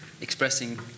expressing